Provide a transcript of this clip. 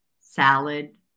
salad